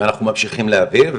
ואנחנו ממשיכים להעביר.